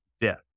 death